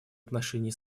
отношении